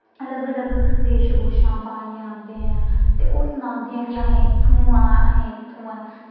अलग अलग वेश भूशा पाइयै औंदे ऐं ते ओह् सनांदे ऐं कि अस इत्थूं आं अस इत्थूं आं